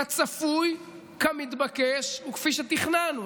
כצפוי, כמתבקש וכפי שתכננו.